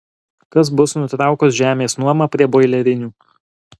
kas bus nutraukus žemės nuomą prie boilerinių